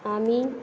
आमी